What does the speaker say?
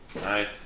Nice